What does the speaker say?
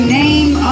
name